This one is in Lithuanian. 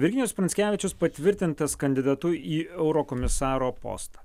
virginijus pranckevičius patvirtintas kandidatu į eurokomisaro postą